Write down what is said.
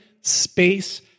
space